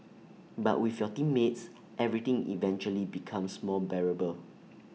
but with your teammates everything eventually becomes more bearable